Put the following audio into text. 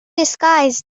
disguised